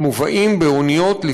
שמובאים לישראל מחוץ-לארץ באוניות,